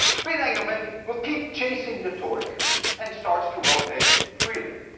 spin angular momentum will keep chasing the torque and start to rotate freely.